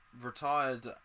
retired